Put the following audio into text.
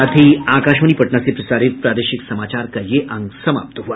इसके साथ ही आकाशवाणी पटना से प्रसारित प्रादेशिक समाचार का ये अंक समाप्त हुआ